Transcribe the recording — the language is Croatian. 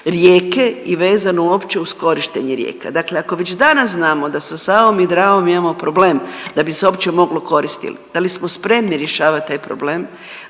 rijeke i vezano uopće uz korištenje rijeka. Dakle, ako već danas znamo da sa Savom i Dravom imamo problem da bi se uopće mogli koristili, da li smo spremni rješavat taj problem,